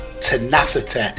tenacity